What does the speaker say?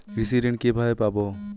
কৃষি ঋন কিভাবে পাব?